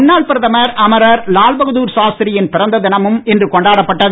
முன்னாள் பிரதமர் அமரர் லால்பகதூர் சாஸ்திரியின் பிறந்த தினமும் இன்று கொண்டாடப்பட்டது